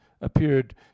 appeared